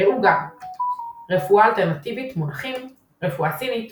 ראו גם רפואה אלטרנטיבית - מונחים רפואה סינית